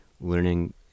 learning